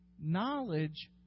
knowledge